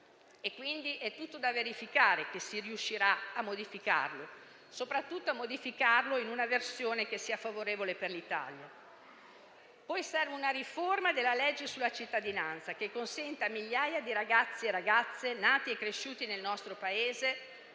E, quindi, è tutto da verificare che si riuscirà a modificarlo, e soprattutto a modificarlo in una versione che sia favorevole per l'Italia. Poi serve una riforma della legge sulla cittadinanza che consenta a migliaia di ragazzi e ragazze, nati e cresciuti nel nostro Paese,